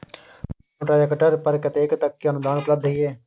कोनो ट्रैक्टर पर कतेक तक के अनुदान उपलब्ध ये?